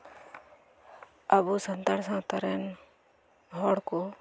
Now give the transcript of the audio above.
ᱟᱵᱚ ᱥᱟᱱᱛᱟᱲ ᱥᱟᱶᱛᱟ ᱨᱮᱱ ᱦᱚᱲ ᱠᱚ